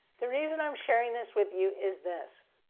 the reason i'm sharing this with you is this.